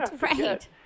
right